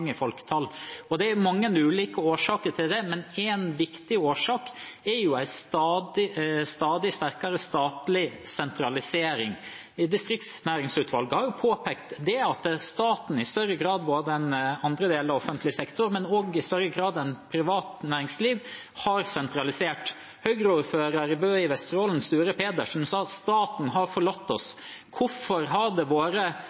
hadde nedgang i folketallet. Det er mange ulike årsaker til det, men én viktig årsak er en stadig sterkere statlig sentralisering. Distriktsnæringsutvalget har påpekt at staten – og også andre deler av offentlig sektor – i større grad enn privat næringsliv har sentralisert. Høyre-ordfører i Bø i Vesterålen, Sture Pedersen, sa at «staten har forlatt